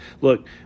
Look